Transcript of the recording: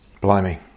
Blimey